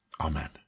Amen